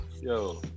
yo